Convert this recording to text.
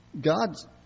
God's